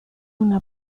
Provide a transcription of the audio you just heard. una